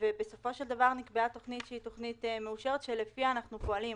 בסופו של דבר נקבעה תוכנית מאושרת שלפיה אנחנו פועלים.